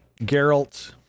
Geralt